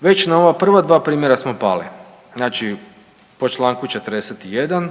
već na ova prva dva primjera smo pali, znači po članku 41.